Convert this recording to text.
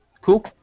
Cool